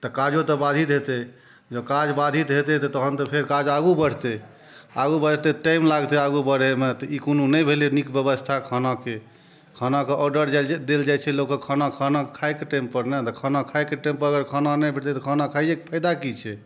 तऽ काजो तऽ बाधित हेतै जँ काज बाधित हेतै तऽ तहन तऽ काज आगू बढ़तै आगू बढ़तै टाइम लगतै आगू बढ़ैमे तऽ ई कोनो नहि भेलै नीक बेबस्था खानाके खानाके ऑडर देल जाइ छै लोकके खाना खाइके टाइमपर ने खाना खाइके टाइमपर अगर खाना नहि भेटतै तऽ खाना खाइके फाइदा की छै